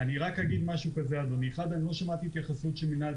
אני רק אגיד משהו כזה: אני לא שמעתי התייחסות של מינהל